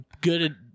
good